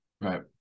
Right